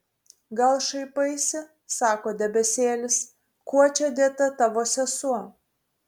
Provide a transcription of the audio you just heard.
gal šaipaisi sako debesėlis kuo čia dėta tavo sesuo